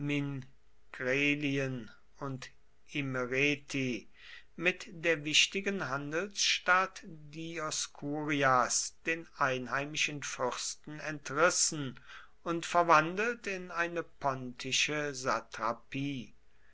und imereti mit der wichtigen handelsstadt dioskurias den einheimischen fürsten entrissen und verwandelt in eine pontische